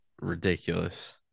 ridiculous